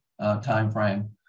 timeframe